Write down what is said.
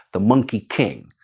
the monkey king.